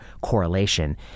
correlation